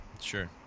Sure